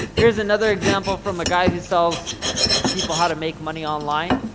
here's another example from a guy who sells people how to make money online.